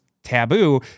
taboo